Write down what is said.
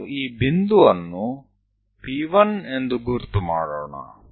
ನಾವು ಈ ಬಿಂದುವನ್ನುP1 ಎಂದು ಗುರುತು ಮಾಡೋಣ